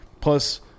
plus